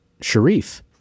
Sharif